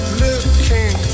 looking